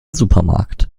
supermarkt